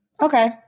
Okay